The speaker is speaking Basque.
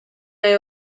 nahi